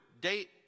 date